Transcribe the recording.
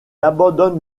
abandonne